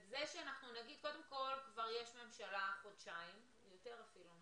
קודם כל כבר יש ממשלה חודשיים, יותר אפילו,